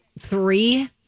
three